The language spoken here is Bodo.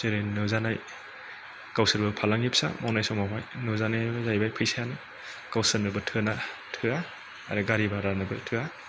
जेरै नुजानाय गावसोरबो फालांगि फिसा मावनाय समाव हाय नुजानायानो जाहैबाय फैसा गावसोरनोबो थोआ आरो गारि भारानोबो थोआ